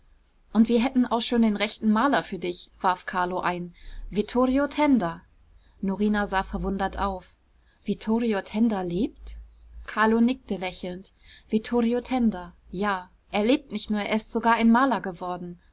und wir hätten auch schon den rechten maler für dich warf carlo ein vittorio tenda norina sah verwundert auf vittorio tenda lebt carlo nickte lächelnd vittorio tenda ja er lebt nicht nur er ist sogar ein maler geworden